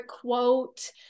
quote